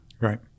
Right